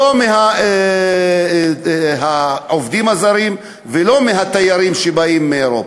לא לעובדים הזרים ולא לתיירים שבאים מאירופה.